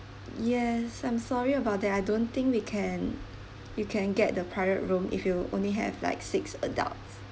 yes I'm sorry about that I don't think we can you can get the private room if you only have like six adults